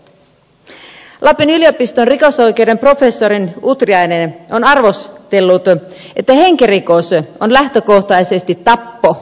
lapin yliopiston rikosoikeuden professori utriainen on arvostellut että henkirikos on lähtökohtaisesti tappo eikä murha